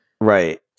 Right